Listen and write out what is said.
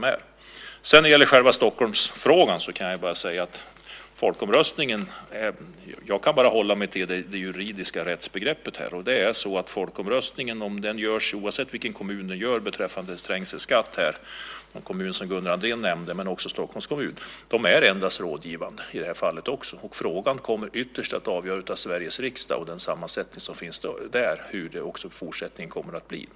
När det gäller själva Stockholmsfrågan kan jag bara hålla mig till det juridiska rättsbegreppet. En folkomröstning beträffande trängselskatt, oavsett i vilken kommun den genomförs, i den kommun som Gunnar Andrén nämnde men också i Stockholms kommun, är endast rådgivande. Frågan kommer ytterst att avgöras av Sveriges riksdag och den sammansättning som finns här hur det i fortsättningen kommer att bli.